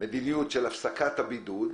מדיניות של הפסקת הבידוד,